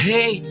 Hey